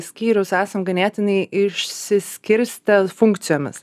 skyrius esam ganėtinai išsiskirstę funkcijomis